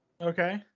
Okay